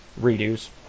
redos